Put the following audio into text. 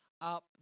up